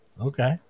Okay